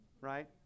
Right